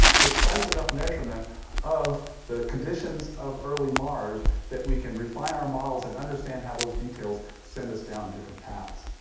precise enough measurement of the conditions of early mars that we can refine our models and understand how those details send us down different paths.